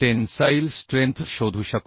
tensile strength शोधू शकतो